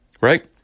Right